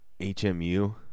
HMU